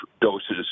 doses